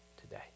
today